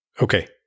Okay